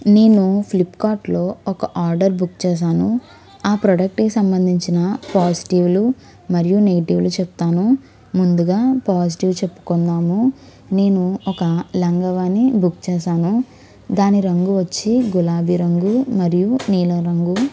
నేను ఫ్లిప్కార్ట్లో ఒక ఆర్డర్ బుక్ చేశాను ఆ ప్రోడక్ట్కి సంబంధించిన పాజిటివ్లు మరియు నెగటివ్లు చెప్తాను ముందుగా పాజిటివ్ చెప్పుకుందాము నేను ఒక లంగావాణి బుక్ చేశాను దాని రంగు వచ్చి గులాబీ రంగు మరియు నీలం రంగు